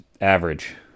average